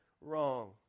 wrong